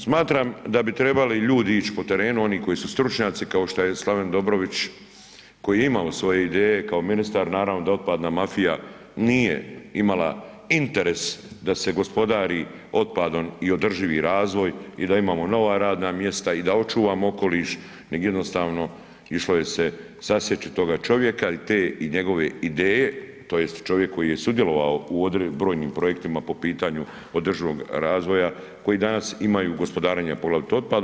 Smatram da bi trebali ljudi ići po terenu, oni koji su stručnjaci kao što je Slaven Dobrović koji je imao svoje ideje kao ministar, naravno da otpadna mafija nije imala interes da se gospodari otpadom i održivi razvoj i da imamo nova radna mjesta i da očuvamo okoliš nego jednostavno išlo je se sasjeći toga čovjeka i te i njegove ideje, tj. čovjek koji je sudjelovao u brojim projektima po pitanju održivog razvoja, koji danas imaju gospodarenja poglavito otpadom.